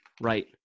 right